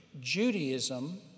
Judaism